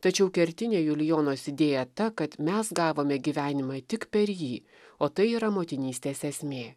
tačiau kertinė julijonos idėja ta kad mes gavome gyvenimą tik per jį o tai yra motinystės esmė